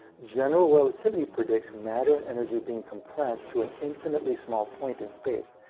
general relativity predicts matter and energy being compressed to an infinitely small point in space,